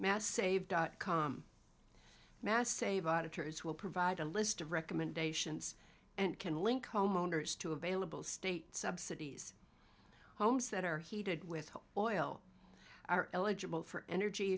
mass save dot com mass save auditors will provide a list of recommendations and can link homeowners to available state subsidies homes that are heated with oil are eligible for energy